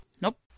Nope